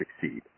succeed